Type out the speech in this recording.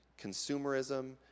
consumerism